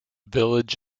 village